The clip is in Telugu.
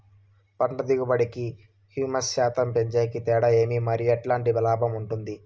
పంట దిగుబడి కి, హ్యూమస్ శాతం పెంచేకి తేడా ఏమి? మరియు ఎట్లాంటి లాభం ఉంటుంది?